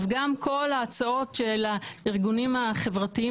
אז גם כל ההצעות של הארגונים החברתיים